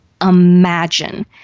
imagine